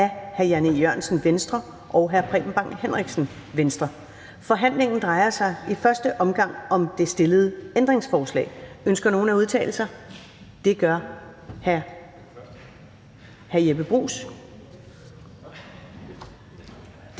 Forhandling Første næstformand (Karen Ellemann): Forhandlingen drejer sig i første omgang om det stillede ændringsforslag. Ønsker nogen at udtale sig? Det gør først hr. Jeppe Bruus.